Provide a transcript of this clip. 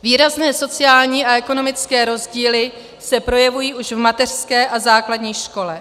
Výrazné sociální a ekonomické rozdíly se projevují už v mateřské a základní škole.